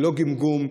ללא גמגום.